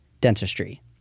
dentistry